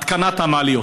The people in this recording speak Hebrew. התקנת המעליות?